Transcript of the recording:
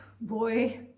Boy